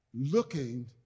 looking